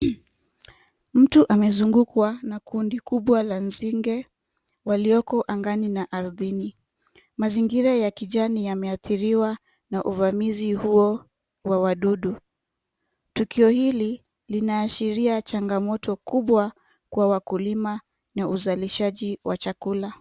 Mtu amezungukwa na kundi kubwa la nzige walioko angani na ardhini. Mazingira ya kijani yameadhiriwa na uvamizi huo wa wadudu. Tukio hili linaashiria changamoto kubwa kwa wakulima na uzalishaji wa chakula.